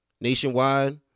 Nationwide